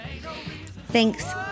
Thanks